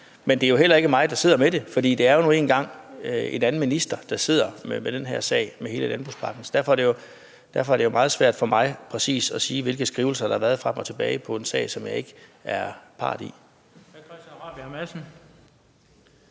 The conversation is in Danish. Men det er jo heller ikke mig, der sidder med det, for det er nu engang en anden minister, der sidder med den her sag, med hele landbrugspakken. Derfor er det meget svært for mig at sige, præcis hvilke skrivelser der har været frem og tilbage i en sag, som jeg ikke er part i. Kl. 13:42 Den fg. formand